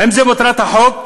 האם זו מטרת החוק?